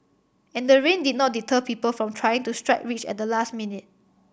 and the rain did not deter people from trying to strike rich at the last minute